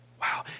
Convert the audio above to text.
Wow